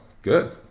good